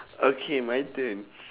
okay my turn